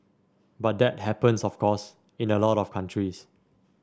but that happens of course in a lot of countries